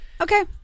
Okay